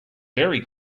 very